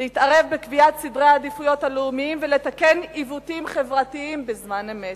להתערב בקביעת סדרי העדיפויות הלאומיים ולתקן עיוותים חברתיים בזמן אמת.